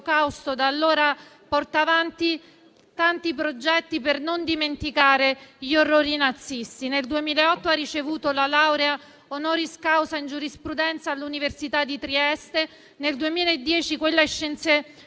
da allora porta avanti tanti progetti per non dimenticare gli orrori nazisti. Nel 2008 ha ricevuto la laurea *honoris causa* in giurisprudenza all'Università di Trieste, nel 2010 quella in scienze pedagogiche